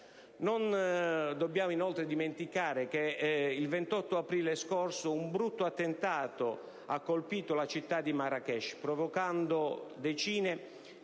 Non dobbiamo inoltre dimenticare che il 28 aprile scorso un brutto attentato ha colpito la città di Marrakech, provocando decine